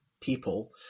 people